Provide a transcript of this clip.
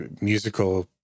musical